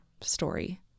story